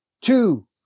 two